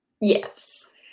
Yes